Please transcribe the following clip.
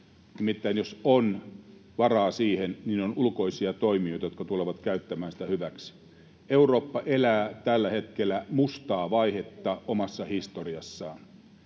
Nimittäin jos on varaa siihen, niin on ulkoisia toimijoita, jotka tulevat käyttämään sitä hyväksi. Eurooppa elää tällä hetkellä mustaa vaihetta omassa historiassaan.